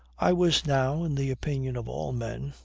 i was now, in the opinion of all men,